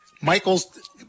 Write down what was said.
Michaels